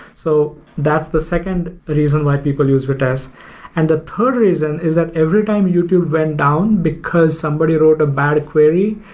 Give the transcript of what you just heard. so that's the second reason why people use vitess and the third reason is that every time youtube went down because somebody wrote a bad query,